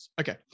Okay